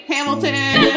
Hamilton